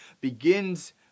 begins